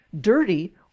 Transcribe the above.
Dirty